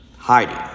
hiding